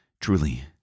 truly